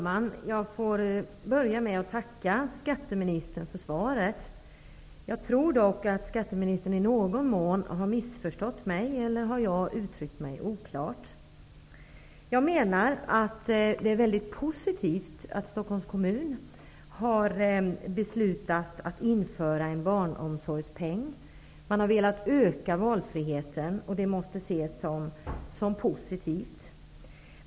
Fru talman! Jag börjar med att tacka skatteministern för svaret. Jag tror dock att skatteministern i någon mån har missförstått mig, eller så har jag uttryckt mig oklart. Jag menar att det är väldigt positivt att Stockholms kommun har beslutat att införa en barnomsorgspeng. Man har velat öka valfriheten, och det måste ses som positivt.